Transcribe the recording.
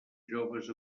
joves